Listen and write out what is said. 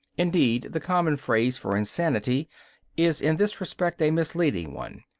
indeed, the common phrase for insanity is in this respect a misleading one.